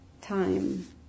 Time